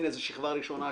הנה זאת שכבה ראשונה,